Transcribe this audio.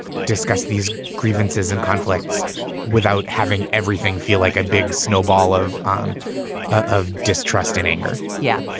discuss these grievances and conflicts without having everything feel like a big snowball of um of distrust and anger yeah.